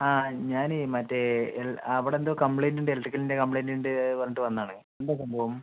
ആ ഞാന് മറ്റേ ഇൽ അവിടെ എന്തോ കംപ്ലൈന്റ് ഉണ്ട് ഇലക്ട്രിക്കലിൻ്റെ കംപ്ലൈന്റ് ഉണ്ട് അത് പറഞ്ഞിട്ട് വന്നതാണ് ഞാൻ എന്താണ് സംഭവം